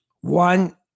One